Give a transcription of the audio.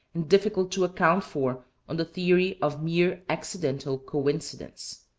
and difficult to account for on the theory of mere accidental coincidence.